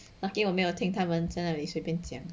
lucky 我没有听他们在哪里随便讲